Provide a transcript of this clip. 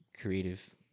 creative